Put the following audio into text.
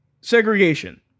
segregation